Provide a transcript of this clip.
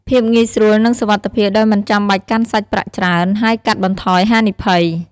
ភាពងាយស្រួល និងសុវត្ថិភាពដោយមិនចាំបាច់កាន់សាច់ប្រាក់ច្រើន ហើយកាត់បន្ថយហានិភ័យ។